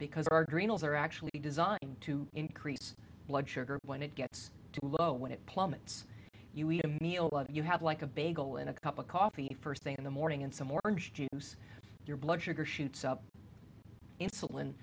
because our dreams are actually designed to increase blood sugar when it gets too low when it plummets you eat a meal you have like a bagel and a cup of coffee first thing in the morning and some orange juice your blood sugar shoots up insulin